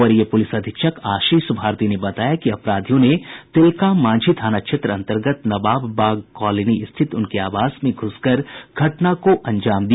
वरीय पुलिस अधीक्षक आशीष भारती ने बताया कि अपराधियों ने तिलका मांझी थाना क्षेत्र अंतर्गत नवाब बाग कॉलोनी स्थित उनके आवास में घूसकर घटना को अंजाम दिया